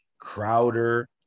Crowder